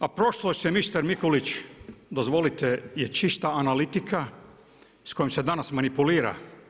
A prošlost je mister Mikulić, dozvolite je čista analitika, s kojom se danas manipulira.